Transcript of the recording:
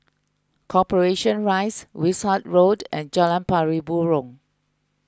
Corporation Rise Wishart Road and Jalan Pari Burong